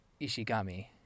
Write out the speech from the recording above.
Ishigami